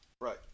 Right